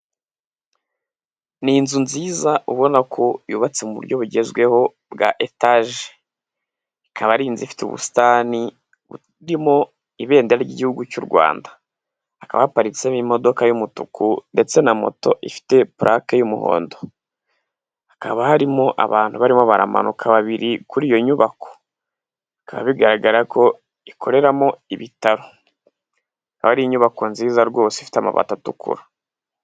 Ni inzu nziza ubona ko yubatse mu buryo bugezweho bwa etaje, ikaba ari inzu ifite ubusitani irimo ibendera ry'igihugu cy'u Rwanda, hakaba haparitsemo imodoka y'umutuku ndetse na moto ifite purake y'umuhondo, hakaba harimo abantu barimo baramanuka babiri kuri iyo nyubako, bikaba bigaragarako ikoreramo ibitaro, ikaba ari inyubako nziza rwose ifite amabati atukura.